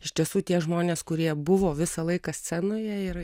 iš tiesų tie žmonės kurie buvo visą laiką scenoje ir